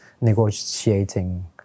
negotiating